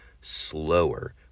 slower